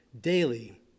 daily